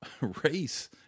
race